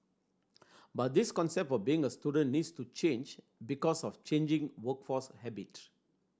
but this concept of being a student needs to change because of changing workforce habits